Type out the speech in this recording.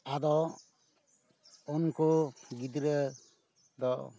ᱟᱫᱚ ᱩᱱᱠᱩ ᱜᱤᱫᱽᱨᱟᱹ ᱫᱚ